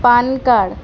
PAN card